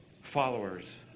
followers